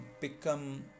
become